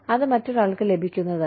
അത് മറ്റൊരാൾക്ക് ലഭിക്കുന്നതല്ല